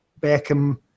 Beckham